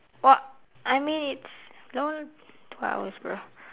what I mean it's two hours bro